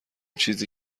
چیزی